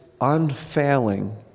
unfailing